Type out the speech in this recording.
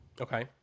Okay